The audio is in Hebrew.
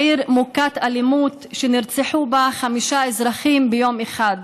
עיר מוכת אלימות שנרצחו בה חמישה אזרחים ביום אחד,